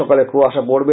সকালে কুয়াশা পডবে